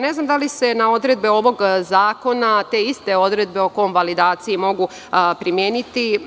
Ne znam da li se na odredbe ovog zakona te iste odredbe o konvalidaciju mogu primeniti.